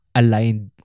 aligned